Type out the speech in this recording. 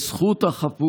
את זכות החפות.